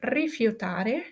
rifiutare